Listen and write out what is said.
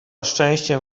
szczęściem